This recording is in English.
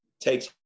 takes